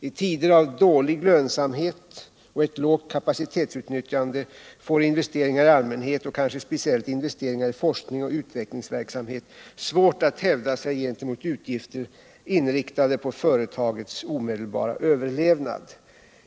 I tider med dålig lönsamhet och lågt kapacitetsutnyttjande får investeringar i allmänhet, och kanske speciellt investeringar i forskning och utvecklingsverksamhet, svårt att hävda sig gentemot utgifter inriktade på företagets omedelbara överlevnad.